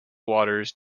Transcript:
waters